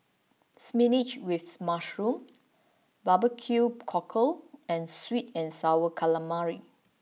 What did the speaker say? Spinach with Mushroom Barbecue Cockle and Sweet and Sour Calamari